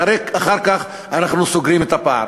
אחר כך אנחנו סוגרים את הפער.